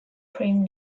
prem